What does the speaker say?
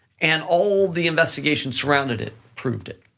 and all the investigation surrounded, it proved it.